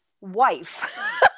wife